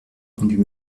rendue